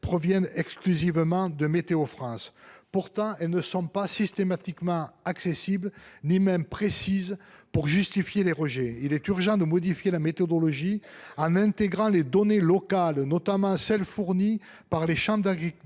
proviennent exclusivement de Météo France. Elles ne sont pas systématiquement accessibles ni même précises, alors qu’elles justifient les rejets. Il est urgent de modifier la méthodologie en intégrant les données locales, notamment celles que fournissent les chambres d’agriculture